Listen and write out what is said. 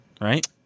right